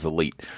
Elite